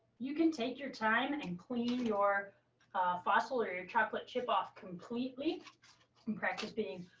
you can take your time and and clean your fossil or your chocolate chip off completely and practice being